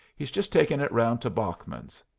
he's just taking it round to bachman's.